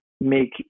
make